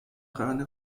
reine